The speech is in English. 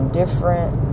different